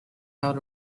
out